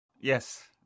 Yes